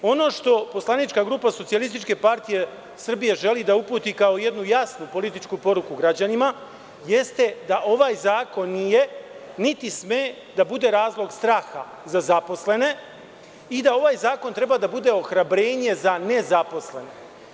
Ono što poslanička grupa SPS želi da uputi kao jednu jasnu političku poruku građanima jeste da ovaj zakon nije, niti sme da bude razlog straha za zaposlene i da ovaj zakon treba da bude ohrabrenje za nezaposlene.